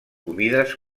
humides